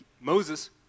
Moses